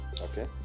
Okay